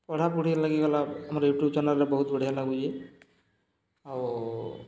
ପଢ଼ାପଢ଼ି ଲାଗି ଗଲା ଆମର୍ ୟୁଟ୍ୟୁବ୍ ଚେନାଲ୍ରେ ବହୁତ୍ ବଢ଼ିଆ ଲାଗୁଚେ ଆଉ